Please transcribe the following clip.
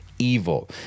evil